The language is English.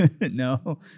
No